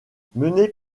menés